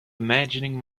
imagining